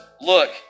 look